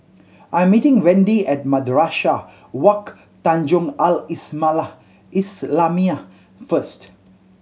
I am meeting Wendi at Madrasah Wak Tanjong Al islamiah first